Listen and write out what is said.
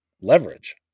leverage